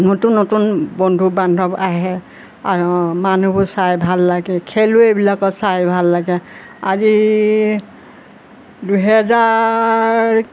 নতুন নতুন বন্ধু বান্ধৱ আহে আৰু মানুহবোৰ চাই ভাল লাগে খেলুৱৈবিলাকো চাই ভাল লাগে আজি দুহেজাৰ